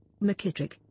McKittrick